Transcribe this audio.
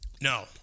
No